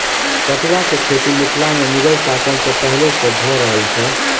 पटुआक खेती मिथिला मे मुगल शासन सॅ पहिले सॅ भ रहल छै